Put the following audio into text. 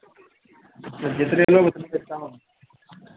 तो जितने लोग उतने एकाउंट